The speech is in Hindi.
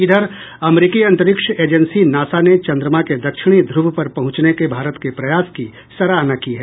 इधर अमरीकी अंतरिक्ष एजेंसी नासा ने चन्द्रमा के दक्षिणी ध्रव पर पहुंचने के भारत के प्रयास की सराहना की है